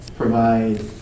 Provide